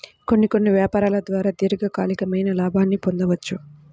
కొన్ని కొన్ని యాపారాల ద్వారా దీర్ఘకాలికమైన లాభాల్ని పొందొచ్చు